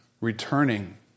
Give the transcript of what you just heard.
returning